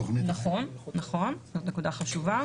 נכון, זו נקודה חשובה.